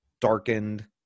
darkened